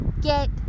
get